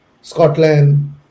Scotland